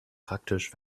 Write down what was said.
praktisch